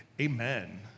Amen